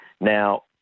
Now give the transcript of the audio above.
Now